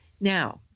Now